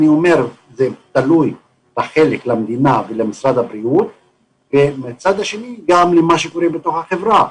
חלק מזה תלוי במדינה ובמשרד הבריאות ומצד שני גם למה שקורה בתוך החברה.